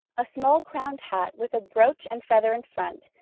a small-crowned hat, with a brooch and feather in front,